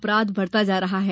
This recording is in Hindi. अपराध बढ़ता जा रहा है